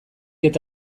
eta